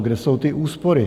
Kde jsou ty úspory?